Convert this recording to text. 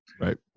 Right